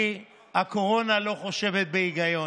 כי הקורונה לא חושבת בהיגיון.